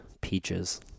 Peaches